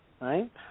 right